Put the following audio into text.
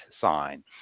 sign